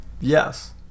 Yes